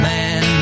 Man